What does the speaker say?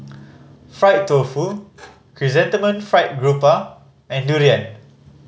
fried tofu Chrysanthemum Fried Garoupa and durian